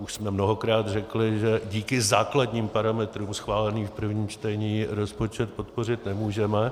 Už jsme mnohokrát řekli, že díky základním parametrům schváleným v prvním čtení rozpočet podpořit nemůžeme.